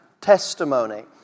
testimony